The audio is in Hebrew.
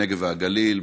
הנגב והגליל,